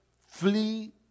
flee